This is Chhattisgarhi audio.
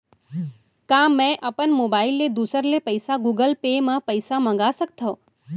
का मैं अपन मोबाइल ले दूसर ले पइसा गूगल पे म पइसा मंगा सकथव?